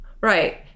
right